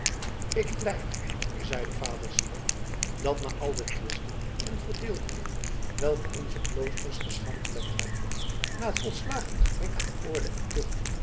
ik vlei mij zeide vader syard dat na al de twisten en verdeeldheden welke onze kloosters geschandvlekt hebben na het volslagen gebrek aan orde en tucht